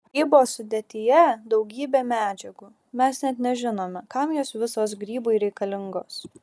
grybo sudėtyje daugybė medžiagų mes net nežinome kam jos visos grybui reikalingos